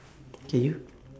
okay you